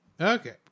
Okay